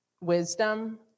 wisdom